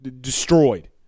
Destroyed